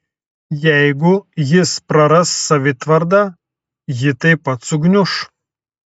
jeigu jis praras savitvardą ji taip pat sugniuš